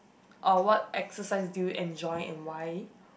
or what exercise do you enjoy and why